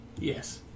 Yes